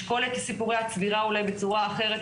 לשקול את סיפורי הצבירה אולי בצורה אחרת.